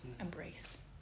embrace